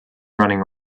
running